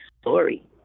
story